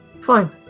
Fine